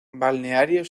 balneario